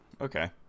Okay